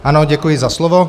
Ano, děkuji za slovo.